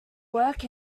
work